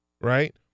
right